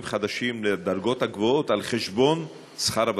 חדשים לדרגות הגבוהות על חשבון שכר הוותיקים.